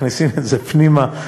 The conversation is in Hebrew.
מכניסים את זה פנימה,